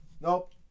Nope